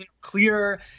clear